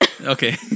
Okay